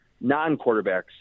non-quarterbacks